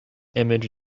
image